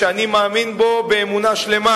שאני מאמין בו באמונה שלמה,